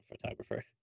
photographer